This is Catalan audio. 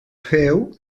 feu